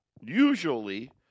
usually